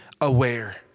aware